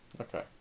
Okay